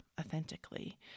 authentically